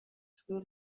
school